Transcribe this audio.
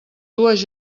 dues